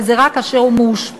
וזה רק כאשר הוא מתאשפז,